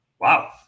Wow